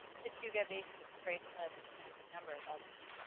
chattooga basin spray cliffs, and a number of others.